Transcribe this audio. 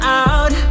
out